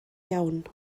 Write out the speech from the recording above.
iawn